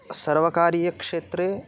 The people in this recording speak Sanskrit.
सर्वकारीयक्षेत्रे